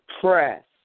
press